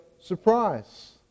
surprise